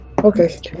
Okay